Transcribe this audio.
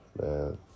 man